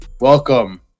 Welcome